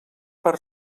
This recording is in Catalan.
per